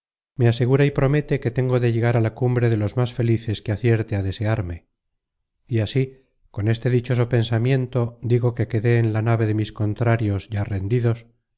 me asegura y promete que tengo de llegar a la cumbre de los más felices que acierte á desearme y así con este dichoso pensamiento digo que quedé en la nave de mis contrarios ya rendidos